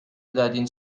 دادین